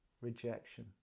rejection